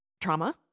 trauma